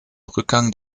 rückgang